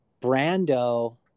Brando